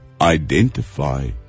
Identify